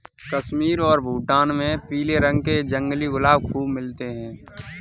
कश्मीर और भूटान में पीले रंग के जंगली गुलाब खूब मिलते हैं